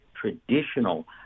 traditional